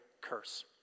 curse